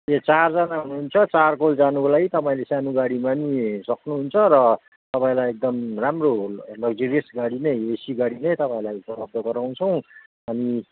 ए चारजना हुनुहुन्छ चारखोल जानुको लागि तपाईँले सानो गाडीमा पनि सक्नुहुन्छ र तपाईँलाई एकदम राम्रो लग्जरियस गाडी नै एसी गाडी नै तपाईँहरूलाई उपलब्ध गराउँछौँ अनि